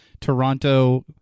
Toronto